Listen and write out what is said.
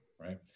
Right